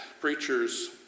preachers